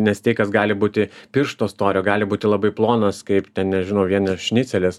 nes steikas gali būti piršto storio gali būti labai plonas kaip ten nežinau vien ar šnicelis